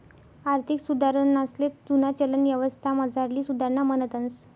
आर्थिक सुधारणासले जुना चलन यवस्थामझारली सुधारणा म्हणतंस